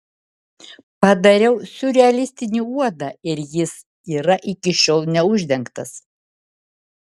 padariau siurrealistinį uodą ir jis yra iki šiol neuždengtas